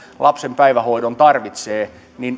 lapsen päivähoidon tarvitsevat